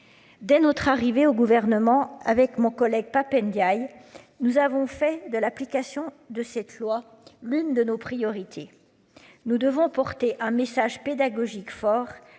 Dès notre arrivée au gouvernement avec mon collègue Pap Ndiaye. Nous avons fait de l'application de cette loi, l'une de nos priorités. Nous devons porter un message pédagogique fort